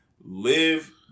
live